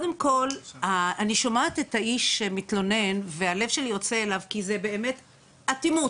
אני שומעת את האיש שמתלונן והלב שלי יוצא אליו כי זו באמת אטימות,